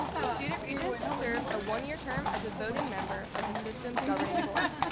the student region serves a one year term as a voting member of the system's governing board.